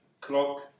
clock